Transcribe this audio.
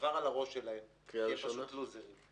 עבר על הראש שלהם כי הם פשוט לוזרים.